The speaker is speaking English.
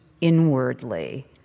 inwardly